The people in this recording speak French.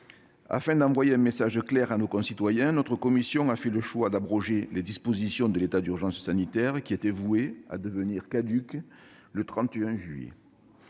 Afin d'envoyer un message clair à nos concitoyens, notre commission a fait le choix d'abroger les dispositions de l'état d'urgence sanitaire, qui étaient vouées à devenir caduques le 31 juillet.